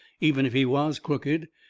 even if he was crooked.